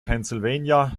pennsylvania